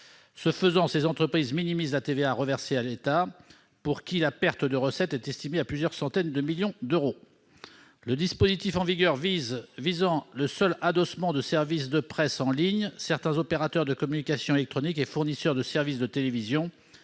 Ce faisant, ces entreprises minimisent la TVA reversée à l'État, pour qui la perte de recettes est estimée à plusieurs centaines de millions d'euros. Le dispositif en vigueur visant le seul adossement de services de presse en ligne, certains opérateurs de communications électroniques et fournisseurs de services de télévision